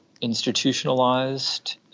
institutionalized